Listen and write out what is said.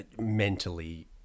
Mentally